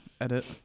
edit